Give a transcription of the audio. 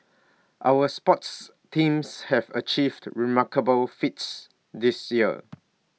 our sports teams have achieved remarkable feats this year